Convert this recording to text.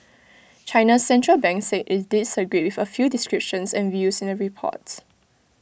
China's Central Bank said IT disagreed with A few descriptions and views in the report